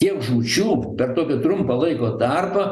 tiek žūčių per tokį trumpą laiko tarpą